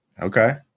Okay